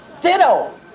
Ditto